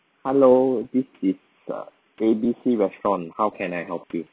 hello this is uh A B C restaurant how can I help you